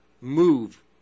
move